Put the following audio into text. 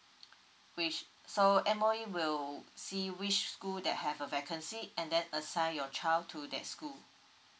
which so M_O_E will see which school that have a vacancy and then assign your child to that school